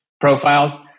profiles